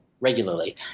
regularly